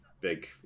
big